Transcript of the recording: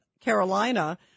Carolina